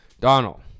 Donald